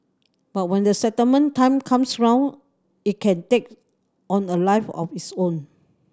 but when the settlement time comes around it can take on a life of its own